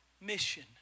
Mission